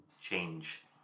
change